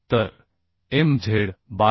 तर Mz12